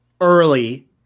early